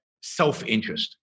self-interest